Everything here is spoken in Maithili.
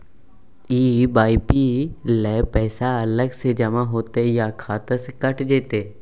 ए.पी.वाई ल पैसा अलग स जमा होतै या खाता स कैट जेतै?